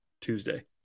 Tuesday